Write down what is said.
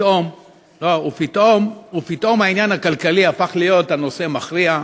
פתאום העניין הכלכלי הפך להיות נושא מכריע: